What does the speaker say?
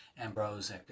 Ambrose